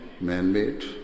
man-made